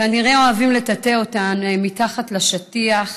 כנראה אוהבים לטאטא אותן מתחת לשטיח.